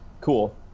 cool